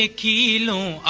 ah key aide